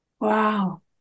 Wow